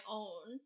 own